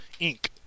Inc